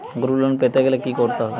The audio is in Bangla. গ্রুপ লোন পেতে গেলে কি করতে হবে?